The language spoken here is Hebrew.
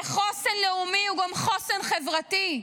וחוסן לאומי הוא גם חוסן חברתי.